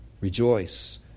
Rejoice